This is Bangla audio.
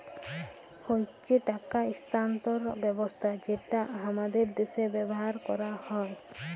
হচ্যে টাকা স্থানান্তর ব্যবস্থা যেটা হামাদের দ্যাশে ব্যবহার হ্যয়